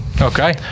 okay